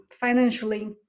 financially